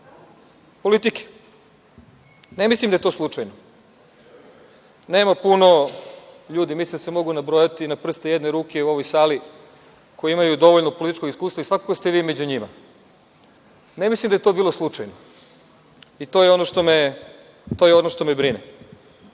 Vučiću. Ne mislim da je to slučajno. Nema puno ljudi, mislim da se mogu nabrojati na prste jedne ruke u ovoj sali koji imaju dovoljno političkog iskustva i svakako ste vi među njima. Ne mislim da je to bilo slučajno, i to je ono što me brine. Kada